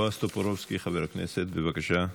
בועז טופורובסקי, חבר הכנסת, בבקשה.